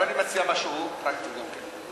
אבל אני מציע משהו פרקטי גם כן,